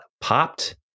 popped